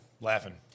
Laughing